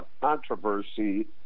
controversy